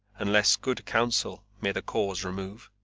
unless good counsel may the cause remove.